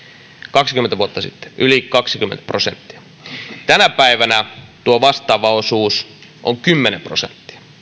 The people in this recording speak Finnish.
kaksikymmentä vuotta sitten yli kaksikymmentä prosenttia tänä päivänä tuo vastaava osuus on kymmenen prosenttia